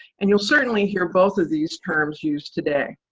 and you'll certainly hear both of these terms used today.